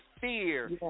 fear